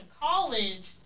college